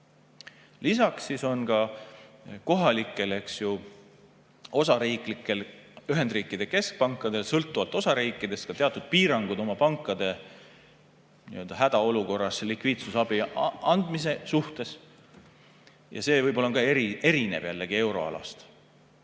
Lisaks on kohalikel osariiklikel Ühendriikide keskpankadel sõltuvalt osariikidest ka teatud piirangud oma pankadele hädaolukorras likviidsusabi andmise suhtes. See võib olla ka jällegi erinev euroalast.